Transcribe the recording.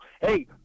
hey